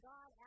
God